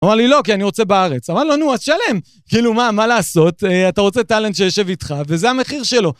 אמר לי לא, כי אני רוצה בארץ. אמר לו, נו, אז תשלם. כאילו, מה, מה לעשות? אתה רוצה טאלנט שיישב איתך, וזה המחיר שלו.